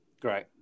Great